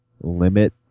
limit